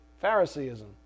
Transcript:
Phariseeism